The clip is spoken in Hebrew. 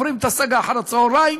עוברים את הסאגה אחר הצהריים,